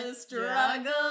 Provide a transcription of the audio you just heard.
struggle